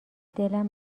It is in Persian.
دلم